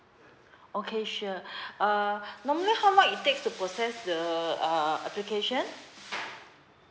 okay sure uh normally how much it takes to process the uh application